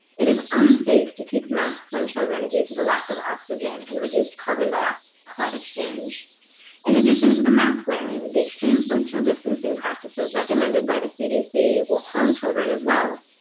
it is unsafe to keep masks on children due to the lack of oxygen and reduced carbon ah dioxide exchange in addition to the mask wearing the extreme social distancing practices recommended by the cdc will harm children as well.